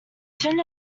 sooner